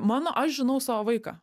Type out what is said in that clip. mano aš žinau savo vaiką